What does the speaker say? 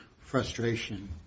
frustration